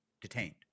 detained